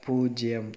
பூஜ்ஜியம்